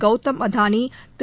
Gautham Adani Thiru